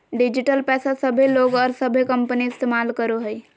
digital पैसा सभे लोग और सभे कंपनी इस्तमाल करो हइ